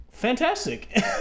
Fantastic